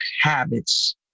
habits